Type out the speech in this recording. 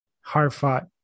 Hard-fought